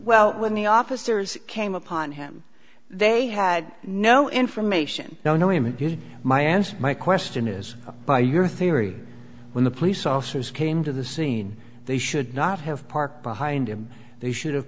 well when the officers came upon him they had no information no no i mean here's my answer my question is by your theory when the police officers came to the scene they should not have parked behind him they should have